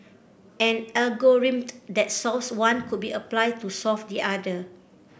an algorithm that solves one could be applied to solve the other